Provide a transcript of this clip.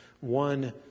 One